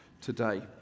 today